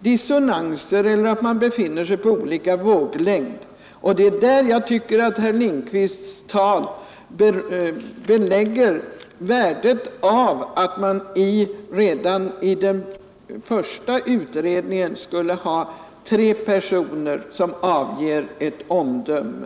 dissonanser i uppfattningen genom flera utredningsmän som befinner sig på olika våglängder. Jag tycker att herr Lindkvists framställning belägger värdet av att redan i den första utredningen låta tre personer avge ett omdöme.